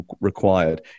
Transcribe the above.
required